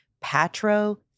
Patro